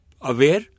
aware